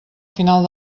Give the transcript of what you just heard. final